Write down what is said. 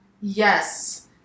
yes